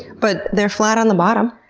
but they're flat on the bottom?